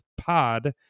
Pod